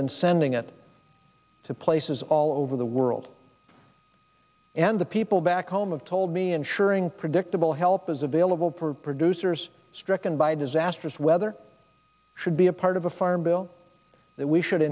than sending it to places all over the world and the people back home of told me ensuring predictable help is available for producers stricken by disasters whether should be a part of a farm bill that we should